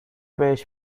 بهش